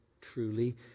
truly